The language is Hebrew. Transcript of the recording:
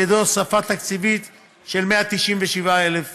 על ידי הוספה תקציבית של 197,000 שקלים.